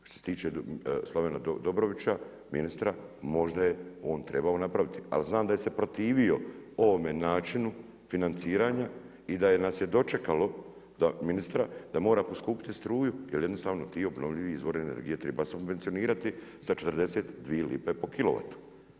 A što se tiče Slavena Dobrovića, ministra, možda je on trebao napraviti ali znam da se protivio ovome načinu financiranja i da nas je dočekalo, ministra da mora poskupjeti struju jer jednostavno te obnovljive izvore energije treba subvencionirati sa 42 lipe po kilovatu.